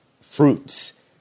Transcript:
fruits